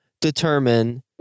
determine